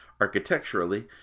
architecturally